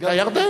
היא היתה ירדן.